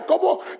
cómo